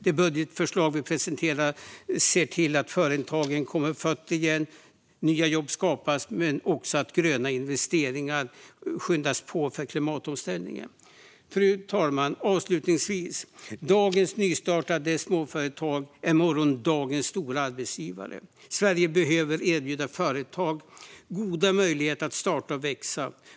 Det budgetförslag vi presenterar ser till att företagen kommer på fötter igen och skapar nya jobb. Vi gör också gröna investeringar för att skynda på klimatomställningen. Avslutningsvis, fru talman: Dagens nystartade småföretag är morgondagens stora arbetsgivare. Sverige behöver erbjuda företag goda möjligheter att starta och växa.